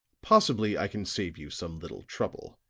possibly i can save you some little trouble.